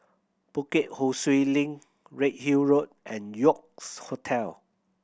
Bukit Ho Swee Link Redhill Road and York S Hotel